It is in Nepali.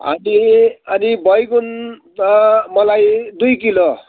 अनि अनि बैगुन मलाई दुई किलो